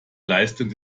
leistung